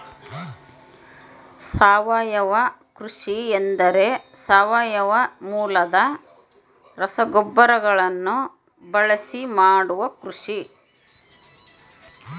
ಸಾವಯವ ಕೃಷಿ ಎಂದರೆ ಸಾವಯವ ಮೂಲದ ರಸಗೊಬ್ಬರಗಳನ್ನು ಬಳಸಿ ಮಾಡುವ ಕೃಷಿ